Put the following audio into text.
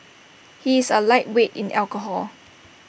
he is A lightweight in alcohol